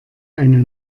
eine